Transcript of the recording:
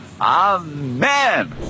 Amen